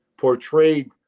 portrayed